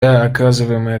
оказываемая